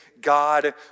God